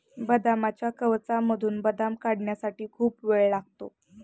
बदामाच्या कवचामधून बदाम काढण्यासाठी खूप वेळ लागतो